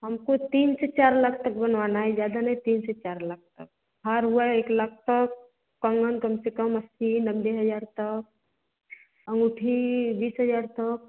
हमको तीन से चार लाख तक बनवाना है ज़्यादा नहीं तीन से चार लाख तक हार हुआ एक लाख तक कंगन कम से कम अस्सी नब्बे हज़ार तक अंगूठी बीस हज़ार तक